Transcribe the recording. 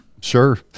Sure